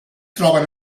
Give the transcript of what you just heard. troben